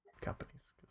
companies